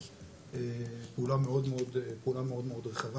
פעולה מאוד רחבה.